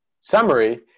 summary